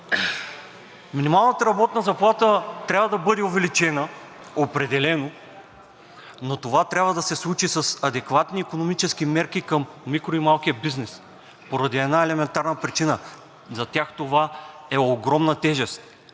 Минималната работна заплата определено трябва да бъде увеличена, но това трябва да се случи с адекватни икономически мерки към микро- и малкия бизнес поради една елементарна причина. За тях това е огромна тежест